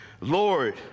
Lord